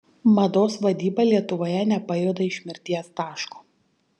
mados vadyba lietuvoje nepajuda iš mirties taško